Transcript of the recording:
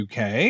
UK